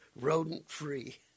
rodent-free